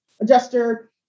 adjuster